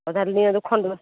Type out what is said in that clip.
ହଉ ତା'ହେଲେ ନିଅନ୍ତୁ ଖଣ୍ଡୁଆ